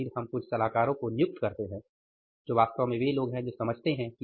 और फिर हम कुछ सलाहकारों को नियुक्त करते हैं जो वास्तव में वे लोग हैं जो समझते हैं